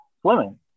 swimming